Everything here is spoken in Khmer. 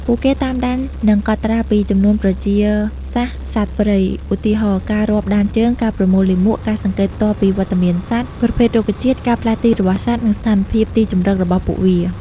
ពួកគេតាមដាន និងកត់ត្រាពី ចំនួនប្រជាសាស្ត្រសត្វព្រៃ ឧទាហរណ៍ ការរាប់ដានជើង ការប្រមូលលាមក ការសង្កេតផ្ទាល់ពីវត្តមានសត្វ ប្រភេទរុក្ខជាតិ ការផ្លាស់ទីរបស់សត្វ និងស្ថានភាពទីជម្រករបស់ពួកវា។